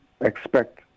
expect